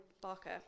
Barker